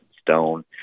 stone